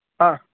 ஆ